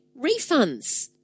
refunds